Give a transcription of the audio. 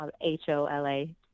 H-O-L-A